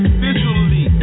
visually